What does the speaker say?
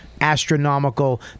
astronomical